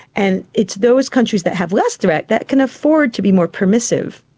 and it's those countries that have less threat that can afford to be more permissive.